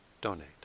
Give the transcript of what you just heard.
donate